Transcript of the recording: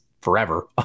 forever